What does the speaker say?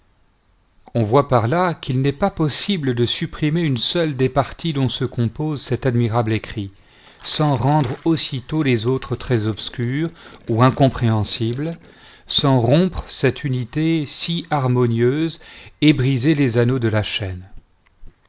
on voit par là qu'il n'est pas possible de supprimer une seule des parties dont se compose cet admirable écrit sans rendre aussitôt les autres très obscures ou incompréhensibles sans rompre cette unité si harmonieuse et briser les anneaux de la chaîne